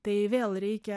tai vėl reikia